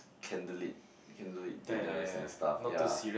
candlelit candlelit dinners and stuff ya